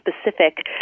specific